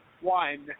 One